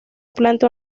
planta